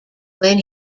when